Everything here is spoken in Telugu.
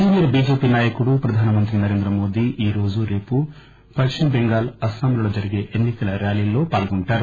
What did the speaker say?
సీనియర్ బీజేపీ నాయకుడు ప్రధాన మంత్రి నరేంద్ర మోదీ ఈ రోజు రేపు పశ్చిమ బెంగాల్ అస్సాంలలో జరిగే ఎన్సికల ర్యాలీలో పాల్గొంటారు